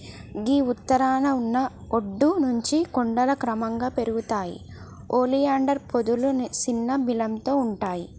గీ ఉత్తరాన ఉన్న ఒడ్డు నుంచి కొండలు క్రమంగా పెరుగుతాయి ఒలియాండర్ పొదలు సిన్న బీలతో ఉంటాయి